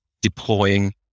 deploying